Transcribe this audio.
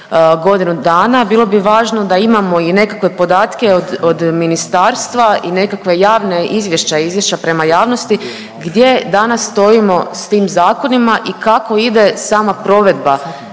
godinu dana bilo bi važno da imamo i nekakve podatke od, od ministarstva i nekakve javne izvješća, izvješća prema javnosti gdje danas stojimo s tim zakonima i kako ide sama provedba